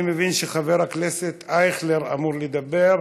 אני מבין שחבר הכנסת אייכלר אמור לדבר,